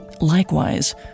Likewise